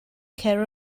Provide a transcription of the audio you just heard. care